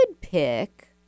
pick